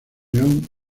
león